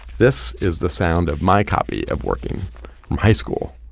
this is the sound of my copy of working from high school.